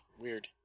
weird